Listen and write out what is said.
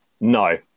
no